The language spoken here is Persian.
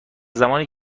زمانی